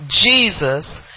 Jesus